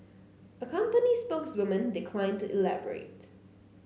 a company spokeswoman declined to elaborate